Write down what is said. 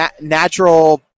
Natural